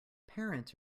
parents